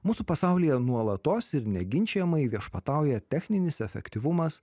mūsų pasaulyje nuolatos ir neginčijamai viešpatauja techninis efektyvumas